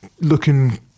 looking